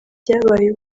byabaye